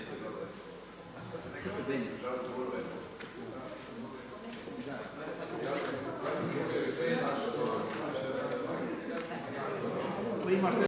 Hvala vam.